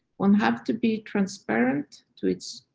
one have to be transparent to its.